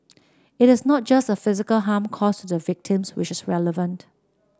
it is not just the physical harm caused to the victims which is relevant